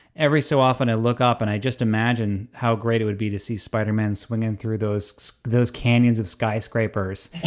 every so often i look up and i just imagine how great it would be to see spider-man swinging through those those canyons of skyscrapers